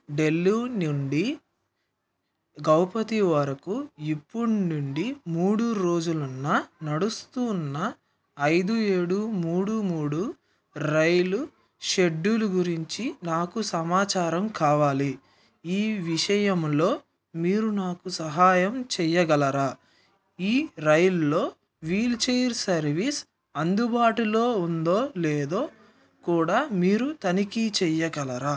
డెళ్ళూ నుండి గౌపతి వరకు ఇప్పుడ్ నుండి మూడు రోజులు నడుస్తున్న ఐదు ఏడు మూడు మూడు రైలు షెడ్యూలు గురించి నాకు సమాచారం కావాలి ఈ విషయంలో మీరు నాకు సహాయం చెయ్యగలరా ఈ రైల్లో వీల్చైర్ సర్వీస్ అందుబాటులో ఉందో లేదో కూడా మీరు తనిఖీ చెయ్యగలరా